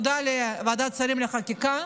ותודה לוועדת שרים לחקיקה